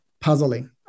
puzzling